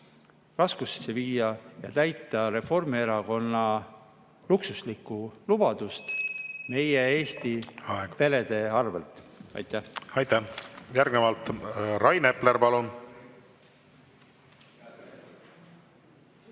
Aitäh! … ja täita Reformierakonna luksuslikku lubadust meie Eesti perede arvel. Aitäh! Aitäh! Järgnevalt Rain Epler, palun!